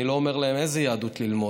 אני לא אומר להם איזו יהדות ללמוד,